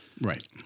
Right